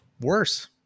worse